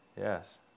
Yes